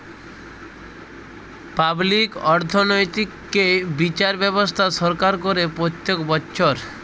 public অর্থনৈতিক্যে বিচার ব্যবস্থা সরকার করে প্রত্যক বচ্ছর